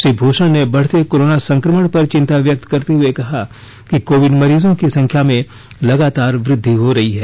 श्री भूषण ने बढते कोरोना संक्रमण पर चिंता व्यक्त करते हुए कहा कि कोविड मरीजों की संख्या में लगातार वृद्धि हो रही है